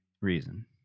reason